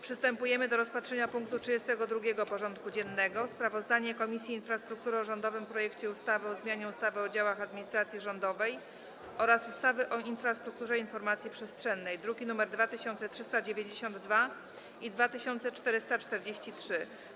Przystępujemy do rozpatrzenia punktu 32. porządku dziennego: Sprawozdanie Komisji Infrastruktury o rządowym projekcie ustawy o zmianie ustawy o działach administracji rządowej oraz ustawy o infrastrukturze informacji przestrzennej (druki nr 2392 i 2443)